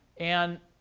and